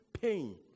pain